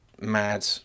mad